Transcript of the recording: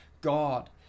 God